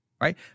right